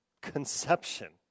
conception